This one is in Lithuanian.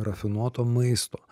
rafinuoto maisto